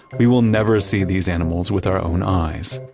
we will never see these animals with our own eyes.